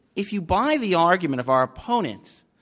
if you buy the argument of our opponents,